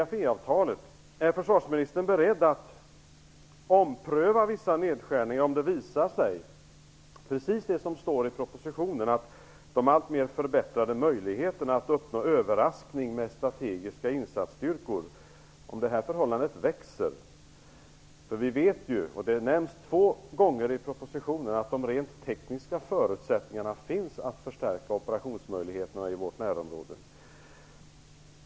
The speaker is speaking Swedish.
Är försvarsministern beredd att ompröva vissa nedskärningar om det som står i propositionen visar sig riktigt, dvs. att de förbättrade möjligheterna att uppnå överraskningseffekter med strategiska insatsstyrkor växer alltmer? Vi vet, och det nämns två gånger i propositionen, att de rent tekniska förutsättningarna finns för att förstärka operationsmöjligheterna i vårt närområde.